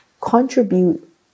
contribute